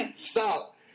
Stop